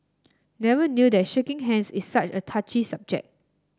never knew that shaking hands is such a touchy subject